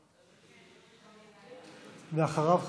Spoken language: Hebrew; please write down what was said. ואחריו,